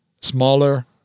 smaller